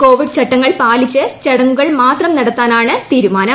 Covid ചട്ടങ്ങൾ പാലിച്ച് ചടങ്ങുകൾ മാത്രം നടത്താനാണ് തീരുമാനം